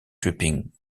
dripping